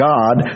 God